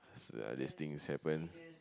uh these things happen